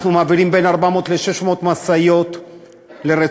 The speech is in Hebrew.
אנחנו מעבירים בין 400 ל-600 משאיות לרצועת-עזה.